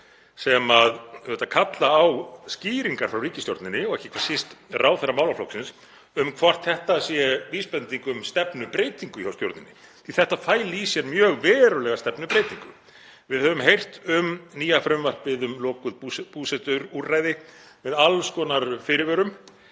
sem kalla auðvitað á skýringar frá ríkisstjórninni og ekki hvað síst ráðherra málaflokksins um hvort þetta sé vísbending um stefnubreytingu hjá stjórninni, því að þetta fæli í sér mjög verulega stefnubreytingu. Við höfum heyrt um nýja frumvarpið um lokuð búsetuúrræði með alls konar fyrirvörum